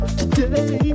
today